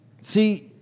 See